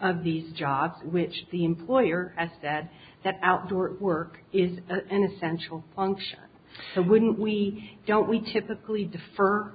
of these jobs which the employer has said that outdoor work is an essential function so wouldn't we don't we typically defer